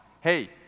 Hey